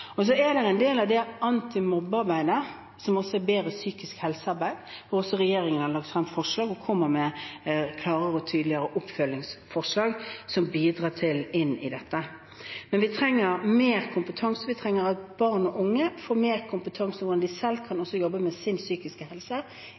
er det en del av antimobbearbeidet som også er bedre psykisk helse-arbeid, hvor også regjeringen har lagt frem forslag og kommer med klarere og tydeligere oppfølgingsforslag som bidrar inn i dette. Men vi trenger mer kompetanse, vi trenger at barn og unge får mer kompetanse i hvordan de selv også kan